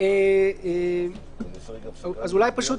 פשוט